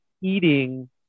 eating